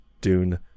dune